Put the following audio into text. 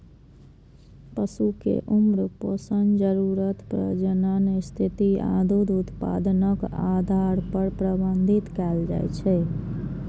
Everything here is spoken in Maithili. पशु कें उम्र, पोषण जरूरत, प्रजनन स्थिति आ दूध उत्पादनक आधार पर प्रबंधित कैल जाइ छै